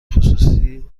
خصوصی